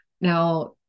Now